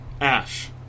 Ash